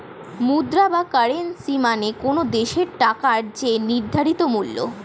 মুদ্রা বা কারেন্সী মানে কোনো দেশের টাকার যে নির্ধারিত মূল্য